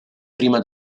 prima